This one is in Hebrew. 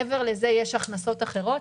מעבר לזה יש הכנסות אחרות,